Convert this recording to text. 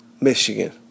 Michigan